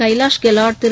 Kailash Gehlot Thiru